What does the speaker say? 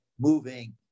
moving